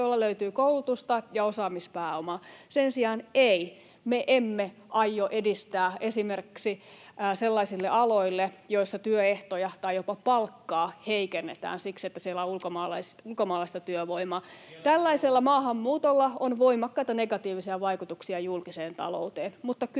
joilla löytyy koulutusta ja osaamispääomaa — sen sijaan, ei, me emme aio edistää pääsyä esimerkiksi sellaisille aloille, joissa työehtoja tai jopa palkkaa heikennetään siksi, että siellä on ulkomaalaista työvoimaa. [Timo Harakka: Kiellätkö Woltin?] Tällaisella maahanmuutolla on voimakkaita negatiivisia vaikutuksia julkiseen talouteen,